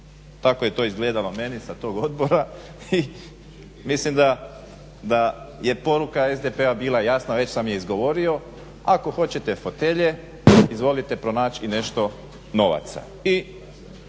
Tako je to izgledalo meni sa tog odbora i mislim da je poruka SDP-a bila jasna, već sam je izgovorio, ako hoćete fotelje izvolite pronaći i nešto novaca